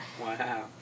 Wow